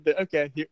okay